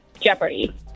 Jeopardy